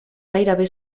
gairebé